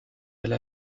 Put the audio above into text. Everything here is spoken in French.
elle